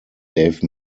dave